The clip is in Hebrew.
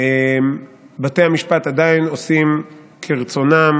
בתי המשפט עדיין עושים כרצונם,